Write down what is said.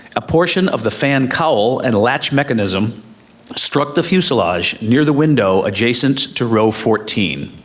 a portion of the fan cowl and latch mechanism struck the fuselage near the window adjacent to row fourteen.